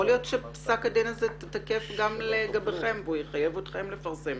יכול להיות שפסק זה תקף גם לגביכם והוא יחייב אתכם לפרסם